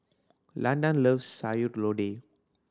Landan loves Sayur Lodeh